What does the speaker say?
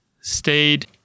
stayed